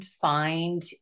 find